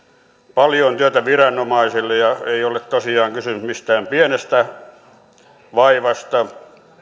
paljon työtä viranomaisille ei ole tosiaan kysymys mistään pienestä vaivasta